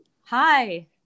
Hi